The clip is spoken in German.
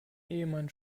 ehemann